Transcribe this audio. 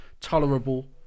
tolerable